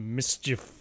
mischief